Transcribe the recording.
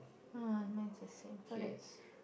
!ah! mine is the same so that's